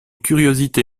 curiosité